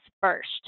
first